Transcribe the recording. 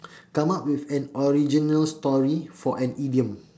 come up with an original story for an idiom